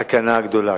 סכנה גדולה,